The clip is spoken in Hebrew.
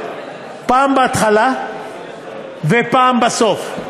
פעם בהתחלה ופעם בסוף.